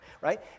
right